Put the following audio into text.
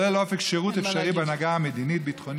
"כולל אופק שירות אפשרי בהנהגה המדינית-ביטחונית,